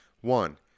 One